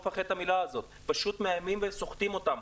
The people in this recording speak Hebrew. פשוט מאיימים וסוחטים אותם,